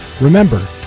Remember